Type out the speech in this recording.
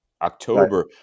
October